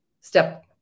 step